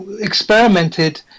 experimented